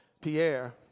Pierre